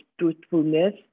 truthfulness